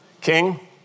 king